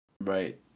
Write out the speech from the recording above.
Right